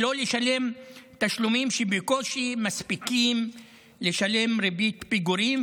ולא לשלם תשלומים שבקושי מספיקים לשלם ריבית פיגורים,